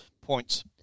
points